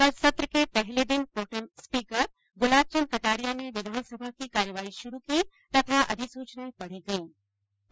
कल सत्र के पहले दिन प्रोटेम स्पीकर गुलाब चंद कटारिया ने विधानसभा की कार्यवाही शुरु की तथा अधिसुचनाएं पढ़ी गयीं